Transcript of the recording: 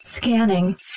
Scanning